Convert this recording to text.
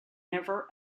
never